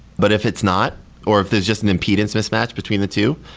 but if it's not or if there's just an impedance mismatch between the two,